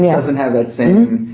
yeah doesn't have that same.